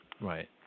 Right